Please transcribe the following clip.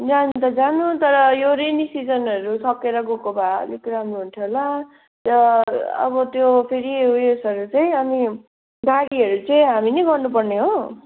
जानु त जानु तर यो रेनी सिजनहरू सकेर गएको भए अलिक राम्रो हुन्थ्यो होला र अब त्यो फेरि उयसहरू चाहिँ अनि गाडीहरू चाहिँ हामी नै गर्नु पर्ने हो